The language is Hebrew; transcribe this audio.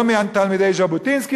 לא מתלמידי ז'בוטינסקי,